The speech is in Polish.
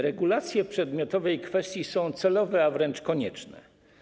Regulacje w przedmiotowej kwestii są celowe, a wręcz konieczne.